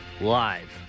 Live